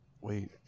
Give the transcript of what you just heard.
wait